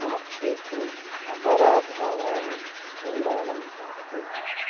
मम क्षेत्रे अपराधानां परिमाणं तावत्